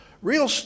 Real